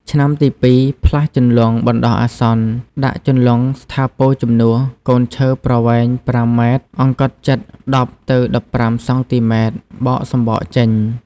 ឆ្នាំទីពីរផ្លាស់ជន្លង់បណ្តោះអាសន្ន ដាក់ជន្លង់ស្ថាពរជំនួស កូនឈើប្រវែង ៥ម អង្កត់ផ្ចិត ១០ទៅ១៥សង់ទីម៉ែត្រ បកសំបកចេញ។